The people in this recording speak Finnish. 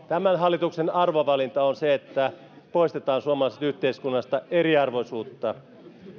tämän hallituksen arvovalinta on se että poistetaan suomalaisesta yhteiskunnasta eriarvoisuutta